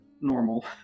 normal